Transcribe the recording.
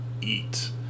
eat